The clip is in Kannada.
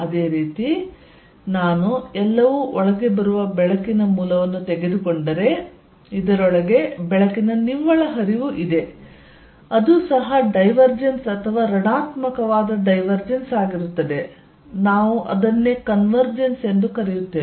ಅದೇ ರೀತಿ ನಾನು ಎಲ್ಲವೂ ಒಳಗೆ ಬರುವ ಬೆಳಕಿನ ಮೂಲವನ್ನು ತೆಗೆದುಕೊಂಡರೆ ಇದರೊಳಗೆ ಬೆಳಕಿನ ನಿವ್ವಳ ಹರಿವು ಇದೆ ಅದು ಸಹಾ ಡೈವರ್ಜೆನ್ಸ್ ಅಥವಾ ಋಣಾತ್ಮಕವಾದ ಡೈವರ್ಜೆನ್ಸ್ ಆಗಿರುತ್ತದೆ ನಾವು ಅದನ್ನು ಕನ್ವೆರ್ಜೆನ್ಸ್ ಎಂದು ಕರೆಯುತ್ತೇವೆ